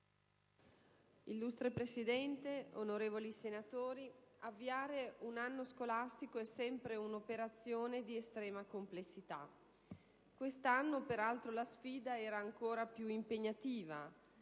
Illustre Presidente, onorevoli senatori, avviare un anno scolastico è sempre un'operazione di estrema complessità. Quest'anno, peraltro, la sfida era ancora più impegnativa.